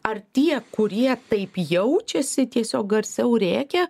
ar tie kurie taip jaučiasi tiesiog garsiau rėkia